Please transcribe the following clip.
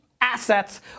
assets